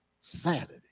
Saturday